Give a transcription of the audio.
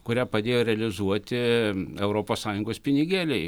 kurią padėjo realizuoti europos sąjungos pinigėliai